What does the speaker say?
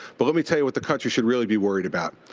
but let me tell you what the country should really be worried about.